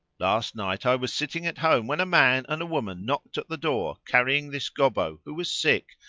last night i was sitting at home when a man and a woman knocked at the door carrying this gobbo who was sick,